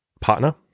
partner